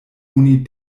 oni